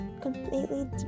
completely